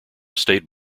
state